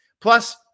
Plus